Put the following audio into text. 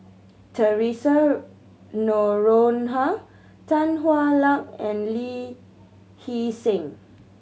Theresa Noronha Tan Hwa Luck and Lee Hee Seng